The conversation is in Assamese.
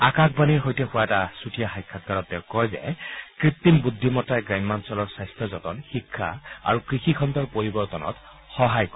আকাশবাণীৰ সৈতে হোৱা এটা আছুতীয়া সাক্ষাৎকাৰত তেওঁ কয় যে কৃত্ৰিম বুদ্ধিমত্তাই গ্ৰাম্যাঞ্চলৰ স্বাস্থ্যযতন শিক্ষা আৰু কৃষি খণুৰ পৰিৱৰ্তনত সহায় কৰিব